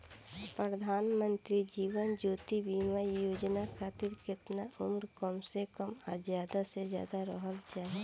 प्रधानमंत्री जीवन ज्योती बीमा योजना खातिर केतना उम्र कम से कम आ ज्यादा से ज्यादा रहल चाहि?